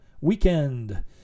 weekend